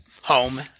home